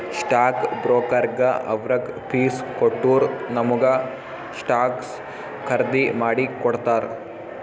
stock ಬ್ರೋಕರ್ಗ ಅವ್ರದ್ fees ಕೊಟ್ಟೂರ್ ನಮುಗ ಸ್ಟಾಕ್ಸ್ ಖರ್ದಿ ಮಾಡಿ ಕೊಡ್ತಾರ್